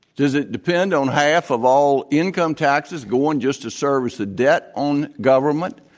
does it depend on half of all income taxes going just to service the debt on government?